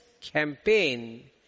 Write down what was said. campaign